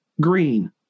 green